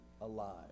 alive